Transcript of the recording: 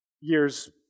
years